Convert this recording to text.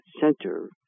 Center